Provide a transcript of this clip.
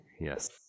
yes